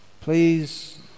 Please